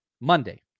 Monday